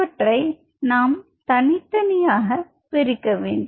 இவற்றை நாம் தனித்தனியாக பிரிக்க வேண்டும்